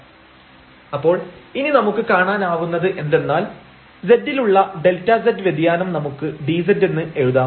ϵ Δx√Δx2Δy2 Δxϵ Δy√Δx2Δy2 Δy അപ്പോൾ ഇനി നമുക്ക് കാണാനാവുന്നത് എന്തെന്നാൽ z ലുള്ള Δz വ്യതിയാനം നമുക്ക് dz എന്ന് എഴുതാം